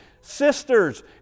sisters